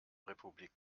republik